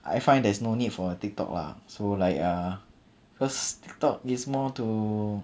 I find there's no need for a TikTok lah so like a first thought is more to